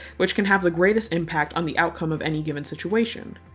which can have the greatest impact on the outcome of any given situation.